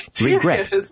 regret